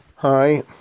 Hi